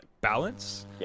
balance